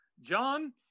John